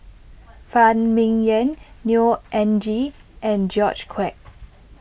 Phan Ming Yen Neo Anngee and George Quek